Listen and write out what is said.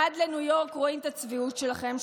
עד לניו יורק רואים את הצביעות שלכם,